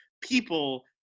people